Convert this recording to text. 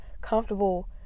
comfortable